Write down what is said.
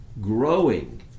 growing